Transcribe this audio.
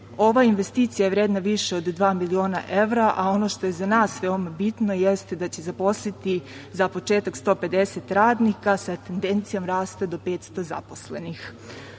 investicija je vredna više od dva miliona evra, a ono što je za nas veoma bitno, jeste da će zaposliti, za početak 150 radnika, sa tendencijom rasta do 500 zaposlenih. Od